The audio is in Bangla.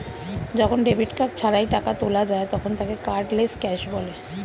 যখন ডেবিট কার্ড ছাড়াই টাকা তোলা যায় তখন তাকে কার্ডলেস ক্যাশ বলে